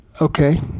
Okay